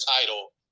title